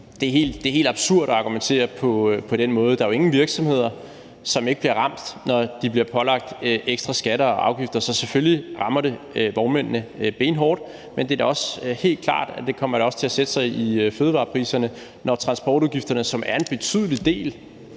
det er helt absurd at argumentere på den måde. Der er jo ingen virksomheder, som ikke bliver ramt, når de bliver pålagt ekstra skatter og afgifter, så selvfølgelig rammer det vognmændene benhårdt, men det er da også helt klart, at det også kommer til at sætte sig i fødevarepriserne, når transportudgifterne, som er en betydelig del